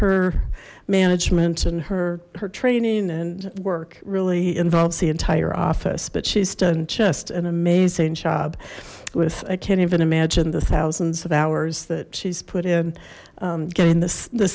her management and her her training and work really involves the entire office but she's done just an amazing job with i can't even imagine the thousands of hours that she's put in getting this th